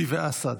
היא ואסד.